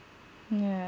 yeah